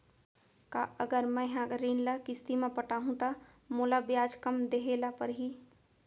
का अगर मैं हा ऋण ल किस्ती म पटाहूँ त मोला ब्याज कम देहे ल परही?